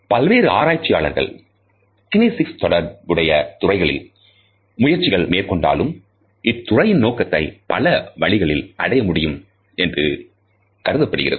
பல்வேறு ஆராய்ச்சியாளர்கள் கினேசிக்ஸ் தொடர்புடைய துறைகளில் முயற்சிகள் மேற்கொண்டாலும் இத்துறையின் நோக்கத்தை பல வழிகளில் அடைய முடியும் என்று கருதப்படுகிறது